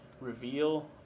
reveal